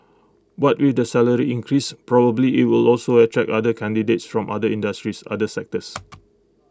but with the salary increase probably IT will also attract other candidates from other industries other sectors